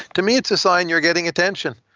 to me, it's a sign you're getting attention.